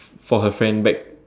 for her friend bag